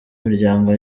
miryango